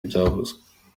ibyavuzwe